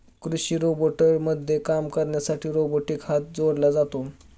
कृषी रोबोटमध्ये काम करण्यासाठी रोबोटिक हात जोडला जातो